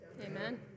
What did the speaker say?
Amen